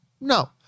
No